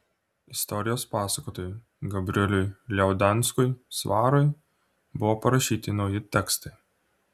istorijos pasakotojui gabrieliui liaudanskui svarui buvo parašyti nauji tekstai